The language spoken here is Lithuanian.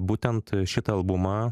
būtent šitą albumą